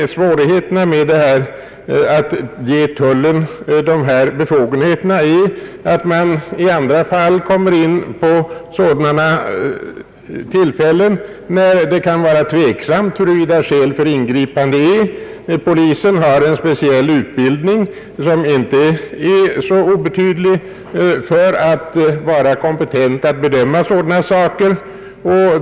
Svårigheten med att ge tullen dessa befogenheter är att det vid vissa tillfällen kan vara tveksamt huruvida skäl för ingripande föreligger. Polisen har er speciell och inte så obetydlig utbildning för att få kompetens att bedöma sådana fall.